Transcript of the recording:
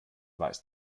weiß